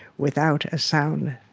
without a sound.